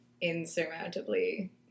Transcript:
insurmountably